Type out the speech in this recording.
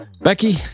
Becky